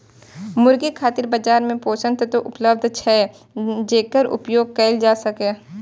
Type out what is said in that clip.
मुर्गी खातिर बाजार मे पोषक तत्व उपलब्ध छै, जेकर उपयोग कैल जा सकैए